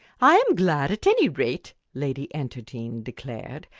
i am glad, at any rate, lady enterdean declared,